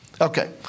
Okay